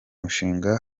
mushinga